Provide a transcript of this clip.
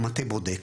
המטה בודק